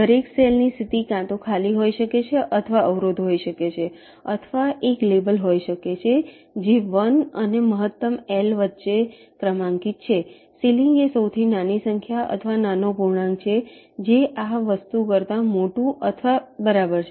દરેક સેલ ની સ્થિતિ કાં તો ખાલી હોઈ શકે છે અથવા અવરોધ હોઈ શકે છે અથવા એક લેબલ હોઈ શકે છે જે 1 અને મહત્તમ L વચ્ચે ક્રમાંકિત છે સીલિંગ એ સૌથી નાની સંખ્યા અથવા નાનો પૂર્ણાંક છે જે આ વસ્તુ કરતાં મોટુ અથવા બરાબર છે